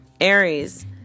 Aries